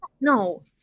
no